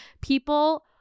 people